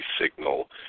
signal